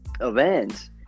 events